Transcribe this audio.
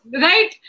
right